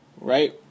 right